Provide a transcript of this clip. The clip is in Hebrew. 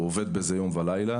הוא עובד בזה יום וליל.